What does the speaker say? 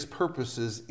purposes